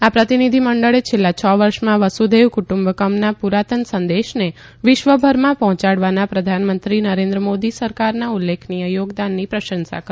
આ પ્રતિનિધિ મંડળે છેલ્લા છ વર્ષોમાં વસુધૈવ ક્રટુમ્બકમના પુરાતન સંદેશને વિશ્વભરમાં પહોંચાડવાના પ્રધાનમંત્રી નરેન્દ્ર મોદીની સરકારના ઉલ્લેખનીય યોગદાનની પ્રશંસા કરી